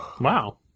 Wow